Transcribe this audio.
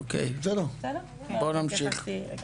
אוקיי, נמשיך.